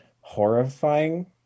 horrifying